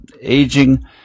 Aging